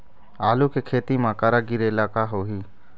आलू के खेती म करा गिरेले का होही?